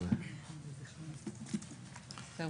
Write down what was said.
אנחנו